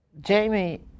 Jamie